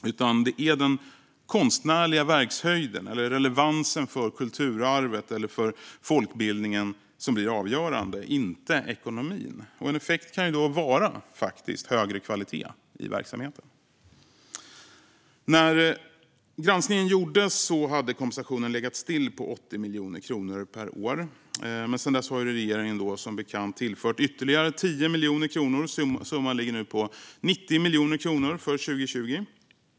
Det är i stället den konstnärliga verkshöjden eller relevansen för kulturarvet eller för folkbildningen som blir avgörande - inte ekonomin. En effekt kan då vara högre kvalitet i verksamheten. När granskningen gjordes hade kompensationen legat still på 80 miljoner kronor per år, men sedan dess har regeringen som bekant tillfört ytterligare 10 miljoner kronor. Summan ligger på 90 miljoner kronor för 2020.